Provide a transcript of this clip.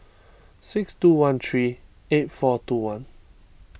six two one three eight four two one